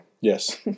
Yes